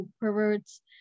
perverts